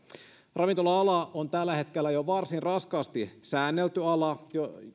ravintola ala on tällä hetkellä jo varsin raskaasti säännelty ala